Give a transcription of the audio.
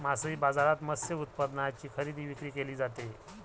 मासळी बाजारात मत्स्य उत्पादनांची खरेदी विक्री केली जाते